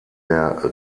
der